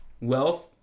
Wealth